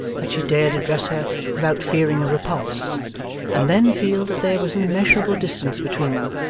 that she dared address her without fearing a repulse and then feel that there was an immeasurable distance between them,